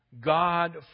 God